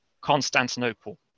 Constantinople